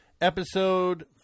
episode